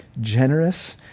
generous